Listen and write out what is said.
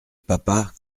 papa